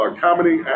comedy